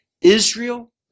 Israel